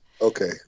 Okay